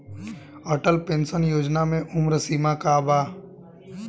Atal pension योजना मे उम्र सीमा का बा?